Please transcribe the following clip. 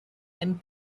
end